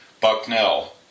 Bucknell